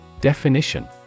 Definition